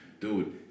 Dude